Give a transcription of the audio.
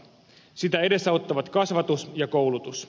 sitä edesauttavat kasvatus ja koulutus